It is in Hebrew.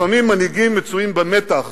לפעמים מנהיגים מצויים במתח